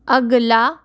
अगला